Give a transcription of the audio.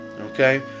Okay